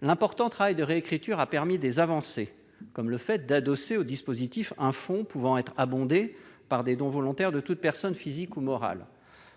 L'important travail de réécriture a permis des avancées, comme le fait d'adosser au dispositif un fonds pouvant être abondé par des dons volontaires de toute personne physique ou morale.